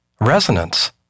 Resonance